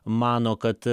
mano kad